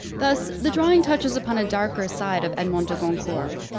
thus, the drawing touches upon a darker side of edmond de goncourt,